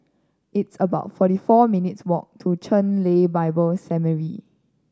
it's about forty four minutes' walk to Chen Lien Bible Seminary